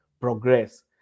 progress